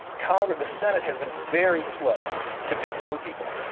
congress the senate has been very slow to confirm people,